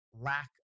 lack